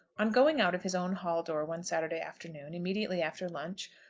on going out of his own hall-door one saturday afternoon, immediately after lunch,